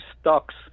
stocks